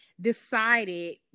decided